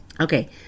Okay